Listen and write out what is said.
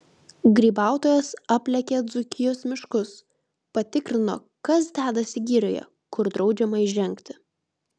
grybautojas aplėkė dzūkijos miškus patikrino kas dedasi girioje kur draudžiama įžengti